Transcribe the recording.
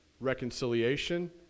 Reconciliation